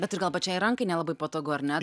bet ir gal pačiai rankai nelabai patogu ar ne